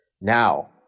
Now